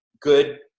good